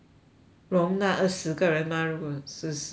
wrong 那二十个人 mah 如果四十的话